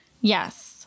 Yes